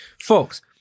Folks